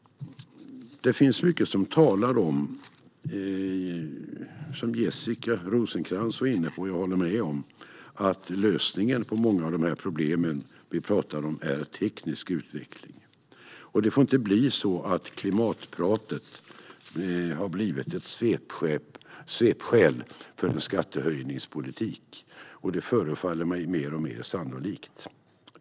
Det finns mycket som talar för, vilket Jessica Rosencrantz var inne på och jag håller med om, att lösningen på många av de problem som vi pratar om är teknisk utveckling. Det får inte bli så att klimatpratet blir ett svepskäl för en skattehöjningspolitik, något som tyvärr förefaller mig mer och mer sannolikt.